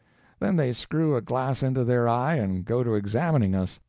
then they screw a glass into their eye and go to examining us,